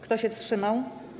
Kto się wstrzymał?